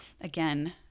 Again